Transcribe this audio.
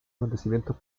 acontecimientos